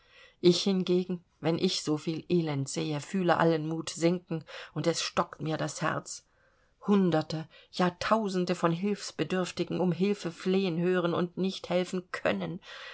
ich hingegen wenn ich so viel elend sehe fühle allen mut sinken und es stockt mir das herz hunderte ja tausende von hilfsbedürftigen um hilfe flehen hören und nicht helfen können